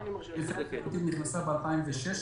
--- נכנסה ב-2016,